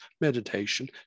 meditation